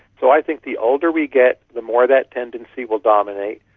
so i think the older we get the more that tendency will dominate.